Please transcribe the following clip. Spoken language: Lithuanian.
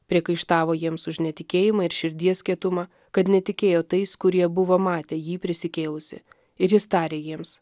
priekaištavo jiems už netikėjimą ir širdies kietumą kad netikėjo tais kurie buvo matę jį prisikėlusį ir jis tarė jiems